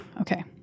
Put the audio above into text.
Okay